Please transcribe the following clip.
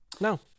no